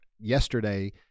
yesterday